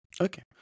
Okay